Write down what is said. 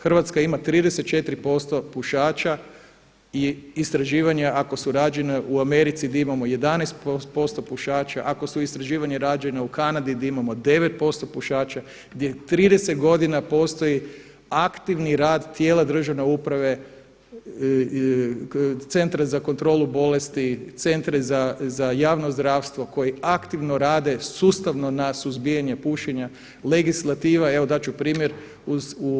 Hrvatska ima 34% pušača i istraživanja ako su rađena u Americi di imamo 11% pušača, ako su istraživanja rađenja u Kanadi di imamo 9% pušača, gdje 30 godina postoji aktivni rad tijela državne uprave, Centra za kontrolu bolesti, Centri za javno zdravstvo koji aktivno rade sustavno na suzbijanje pušenja, legislativa evo dat ću primjer.